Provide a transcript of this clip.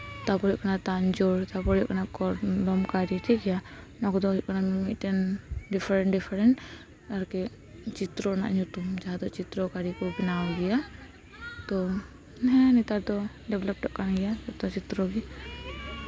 ᱛᱟᱨᱯᱚ ᱦᱩᱭᱩᱜ ᱠᱟᱱᱟ ᱛᱟᱱᱡᱳᱲ ᱛᱟᱨᱯᱚᱨ ᱦᱩᱭᱩᱜ ᱠᱟᱱᱟ ᱠᱚᱞᱚᱝᱠᱟᱨᱤ ᱴᱷᱤᱠ ᱜᱮᱭᱟ ᱱᱚᱣᱟ ᱠᱚᱫᱚ ᱦᱩᱭᱩᱜ ᱠᱟᱱᱟ ᱢᱤᱫ ᱢᱤᱫᱴᱮᱱ ᱰᱤᱯᱷᱟᱨᱮᱱᱴ ᱰᱤᱵᱷᱟᱨᱮᱱᱴ ᱪᱤᱛᱛᱨᱚ ᱨᱮᱱᱟᱜ ᱧᱩᱛᱩᱢ ᱡᱟᱦᱟᱸ ᱫᱚ ᱪᱤᱛᱛᱨᱚ ᱠᱟᱹᱨᱤ ᱠᱚ ᱵᱮᱱᱟᱣ ᱜᱮᱭᱟ ᱛᱚ ᱦᱮᱸ ᱱᱮᱛᱟᱨ ᱫᱚ ᱰᱮᱵᱷᱞᱚᱯᱚᱜ ᱠᱟᱱ ᱜᱮᱭᱟ ᱡᱷᱚᱛᱚ ᱪᱤᱛᱛᱨᱚ ᱜᱮ